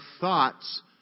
thoughts